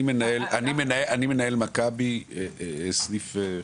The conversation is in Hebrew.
אני מנהל מכבי סניף חיפה.